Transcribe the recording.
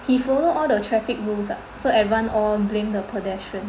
he follow all the traffic rules ah so everyone all blame the pedestrian